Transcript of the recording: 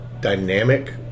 dynamic